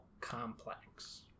complex